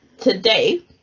Today